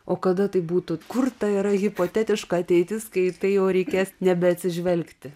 o kada tai būtų kur ta yra hipotetiška ateitis kai į tai jau reikės nebeatsižvelgti